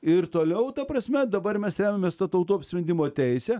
ir toliau ta prasme dabar mes remiamės ta tautų apsisprendimo teise